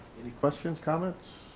any questions, comments?